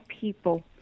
people